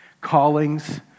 Callings